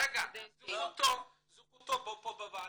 רגע, זכותו פה בוועדה,